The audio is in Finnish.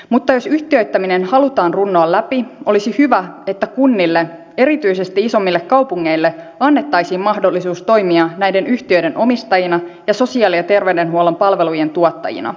mutta jos yhtiöittäminen halutaan runnoa läpi olisi hyvä että kunnille erityisesti isommille kaupungeille annettaisiin mahdollisuus toimia näiden yhtiöiden omistajina ja sosiaali ja terveydenhuollon palveluiden tuottajina